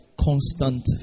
constant